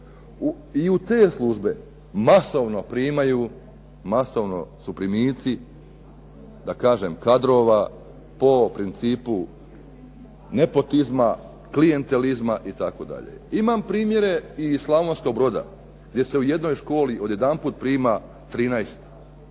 primaju, masovno su primici da kažem kadrova po principu nepotizma, klijentelizma itd. Imam primjere i iz Slavonskog Broda gdje se u jednoj školi odjedanput prima 13